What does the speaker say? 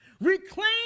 Reclaim